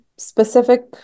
Specific